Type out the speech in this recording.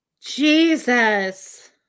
Jesus